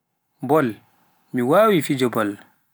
Bol Mi wawii fijo bol.